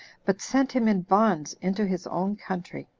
but sent him in bonds into his own country.